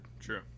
True